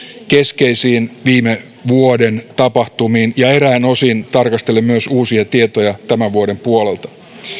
keskeisiin viime vuoden tapahtumiin ja eräin osin tarkastellen myös uusia tietoja tämän vuoden puolelta